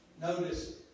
notice